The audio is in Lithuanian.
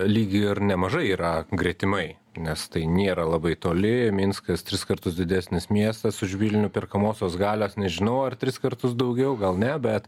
lygy ir nemažai yra gretimai nes tai nėra labai toli minskas tris kartus didesnis miestas už vilnių perkamosios galios nežinau ar tris kartus daugiau gal ne bet